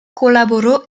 colaboró